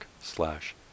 slash